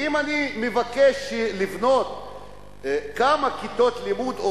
ואם אני מבקש לבנות כמה כיתות לימוד או